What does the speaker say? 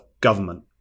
government